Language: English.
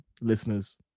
Listeners